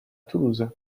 toulouse